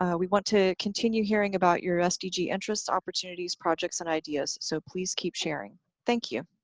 ah we want to continue hearing about your sdg interests opportunities projects and ideas. so please keep sharing. thank you